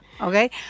okay